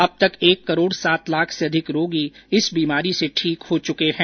अब तक एक करोड़ सात लाख से अधिक रोगी इस बीमारी से ठीक हो चुके हैं